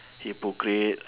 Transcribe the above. hypocrite